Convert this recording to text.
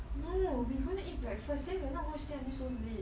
no we gonna eat breakfast then we're not gonna stay until so late